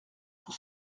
pour